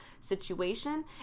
situation